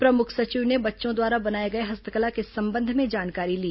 प्रमुख सचिव ने बच्चों द्वारा बनाए गए हस्तकला के संबंध में जानकारी ली